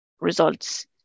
results